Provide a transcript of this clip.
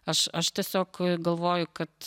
aš aš tiesiog galvoju kad